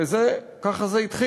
הרי זה, ככה זה התחיל.